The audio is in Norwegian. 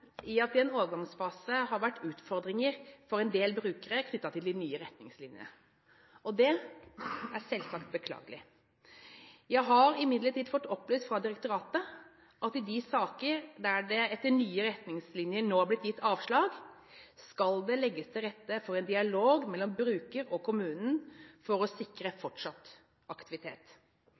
at det i en overgangsfase har vært utfordringer for en del brukere knyttet til de nye retningslinjene, og det er selvsagt beklagelig. Jeg har imidlertid fått opplyst fra direktoratet at det i de sakene der det etter nye retningslinjer nå vil bli gitt avslag, skal legges til rette for en dialog mellom brukeren og kommunen for å sikre fortsatt aktivitet.